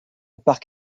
parc